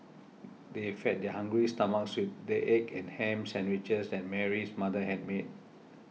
they fed their hungry stomachs with the egg and ham sandwiches that Mary's mother had made